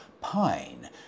pine